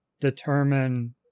determine